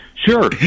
Sure